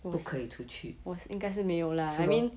不可以出去是 lor